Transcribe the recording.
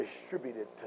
distributed